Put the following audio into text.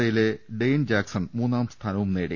എയിലെ Dane Jackson മൂന്നാംസ്ഥാനവും നേടി